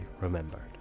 remembered